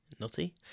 nutty